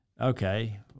Okay